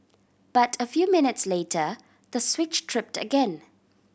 but a few minutes later the switch tripped again